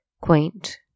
quaint